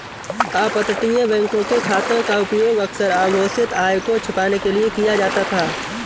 अपतटीय बैंकों के खातों का उपयोग अक्सर अघोषित आय को छिपाने के लिए किया जाता था